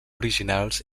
originals